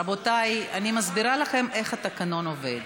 רבותיי, אני מסבירה לכם איך התקנון עובד: